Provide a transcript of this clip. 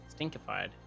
Stinkified